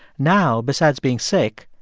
now, besides being sick,